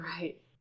Right